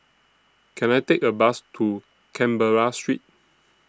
Can I Take A Bus to Canberra Street